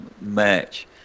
match